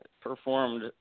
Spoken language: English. performed